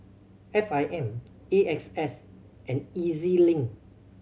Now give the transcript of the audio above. S I M A X S and E Z Link